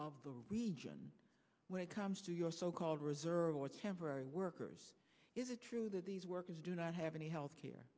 of the region when it comes to your so called reserve or temporary workers is it true that these workers do not have any health care